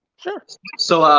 sure. so,